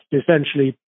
essentially